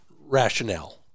rationale